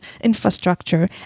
infrastructure